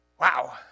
Wow